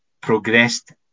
progressed